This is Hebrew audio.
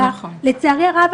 לצערי הרב,